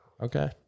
Okay